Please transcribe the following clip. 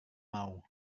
mau